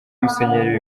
musenyeri